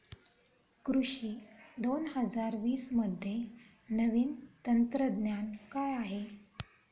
कृषी दोन हजार वीसमध्ये नवीन तंत्रज्ञान काय आहे?